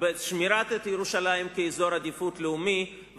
בשמירת ירושלים כאזור עדיפות לאומית,